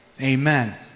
Amen